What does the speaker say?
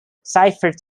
seifert